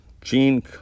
Gene